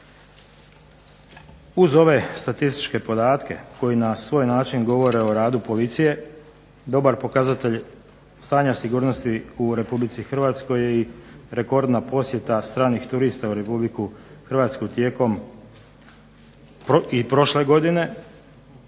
uz ove statističke podatke koji na svoj način govore o radu policije dobar pokazatelj stanja sigurnosti u RH je i rekordna posjeta stranih turista u RH tijekom i prošle godine